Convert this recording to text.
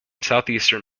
southeastern